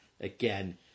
Again